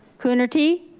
coonerty?